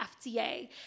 FDA